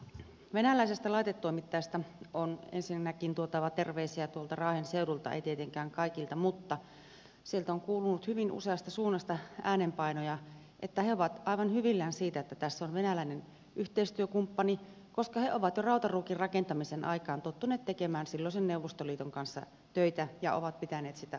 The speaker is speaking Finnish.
venäläisestä laitetoimittajasta on ensinnäkin tuotava terveisiä raahen seudulta ei tietenkään kaikilta mutta sieltä on kuulunut hyvin useasta suunnasta äänenpainoja että he ovat aivan hyvillään siitä että tässä on venäläinen yhteistyökumppani koska he ovat jo rautaruukin rakentamisen aikaan tottuneet tekemään silloisen neuvostoliiton kanssa töitä ja ovat pitäneet sitä luotettavana